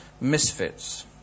misfits